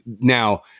Now